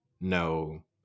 no